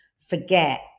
forget